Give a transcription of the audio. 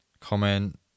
comment